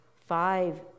five